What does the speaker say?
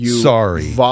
Sorry